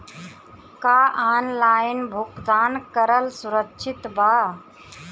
का ऑनलाइन भुगतान करल सुरक्षित बा?